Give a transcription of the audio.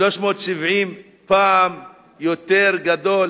370 פעם יותר גדול